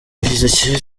bishyize